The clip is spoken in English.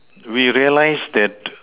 we realized that